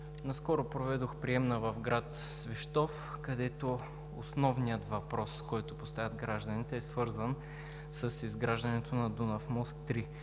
наскоро проведох приемна в град Свищов, където основният въпрос, който поставят гражданите, е свързан с изграждането на Дунав мост –